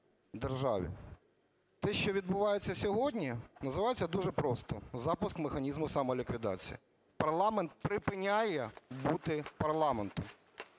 Те, що відбувається сьогодні називається дуже просто – запуск механізму самоліквідації, парламент припиняє бути парламентом.